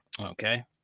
okay